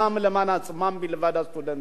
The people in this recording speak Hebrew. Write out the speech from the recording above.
למענם ולמען עצמם בלבד, הסטודנטים.